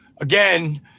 again